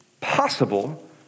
possible